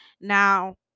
Now